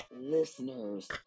listeners